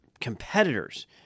competitors –